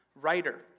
writer